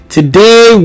Today